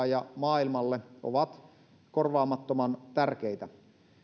ja maailmalle ovat korvaamattoman tärkeitä